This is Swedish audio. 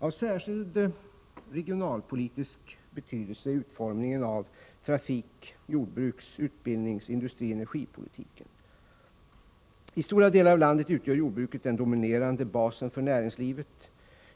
Av särskild regionalpolitisk betydelse är utformningen av trafik-, jordbruks-, utbildnings-, industrioch energipolitiken. I stora delar av landet utgör jordbruket den dominerande basen för näringslivet.